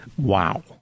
Wow